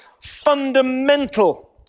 fundamental